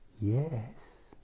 Yes